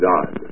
God